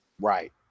Right